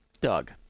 Doug